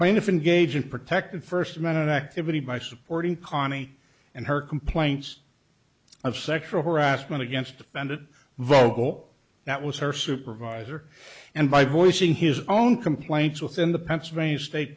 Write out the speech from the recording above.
plaintiff in gauging protective first minute activity by supporting conny and her complaints of sexual harassment against offended vocal that was her supervisor and by voicing his own complaints within the pennsylvania state